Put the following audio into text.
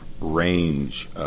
range